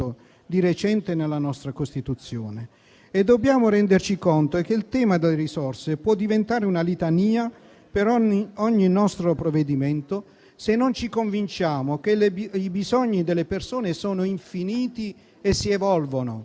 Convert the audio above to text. di recente nella nostra Costituzione, e dobbiamo renderci conto che il tema delle risorse può diventare una litania per ogni nostro provvedimento, se non ci convinciamo che i bisogni delle persone sono infiniti e si evolvono,